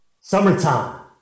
Summertime